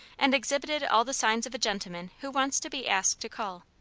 and exhibited all the signs of a gentleman who wants to be asked to call.